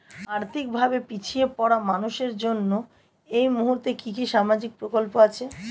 আর্থিক ভাবে পিছিয়ে পড়া মানুষের জন্য এই মুহূর্তে কি কি সামাজিক প্রকল্প আছে?